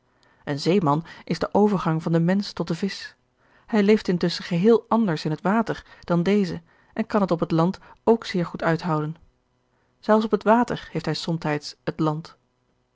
een zeeman is de overgang van den mensch tot den visch hij leeft intusschen geheel anders in het water dan deze en kan het op het land ook zeer goed uithouden zelfs op het water heeft hij somtijds het land